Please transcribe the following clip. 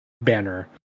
banner